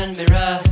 mirror